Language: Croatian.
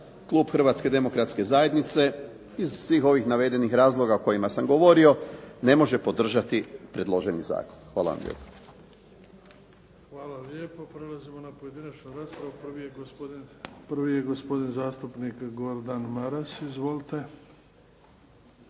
Klub Hrvatske Demokratske Zajednice, iz svih ovih navedenih razloga o kojima sam govorio, ne može podržati predloženi zakon. Hvala vam lijepo. **Bebić, Luka (HDZ)** Hvala lijepo. Prelazimo na pojedinačnu raspravu. Prvi je gospodin zastupnik Gordan Maras. Izvolite.